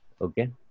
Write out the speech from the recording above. okay